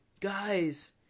guys